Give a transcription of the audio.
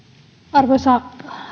arvoisa